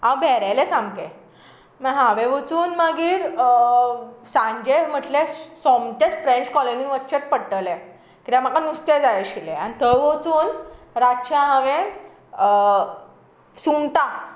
हांव भेरेलें सामकें हांवें वचून मागीर सांचें म्हटल्यार सोमतेंच फ्रॅश कॉलनीन वच्चेंच पडटलें किद्याक म्हाका नुस्तें जाय आशिल्लें आनी थंय वचून रातचें हांवें सुंगटां